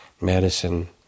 Medicine